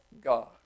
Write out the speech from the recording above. God